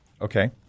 Okay